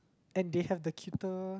and they have the cuter